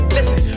Listen